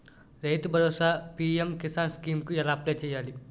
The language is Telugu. రైతు భరోసా పీ.ఎం కిసాన్ స్కీం కు ఎలా అప్లయ్ చేయాలి?